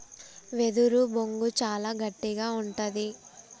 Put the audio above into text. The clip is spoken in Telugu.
వెదురు బొంగు చాలా గట్టిగా ఉంటది